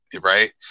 Right